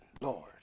Lord